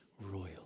royal